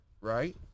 right